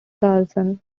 carlson